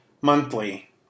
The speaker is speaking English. monthly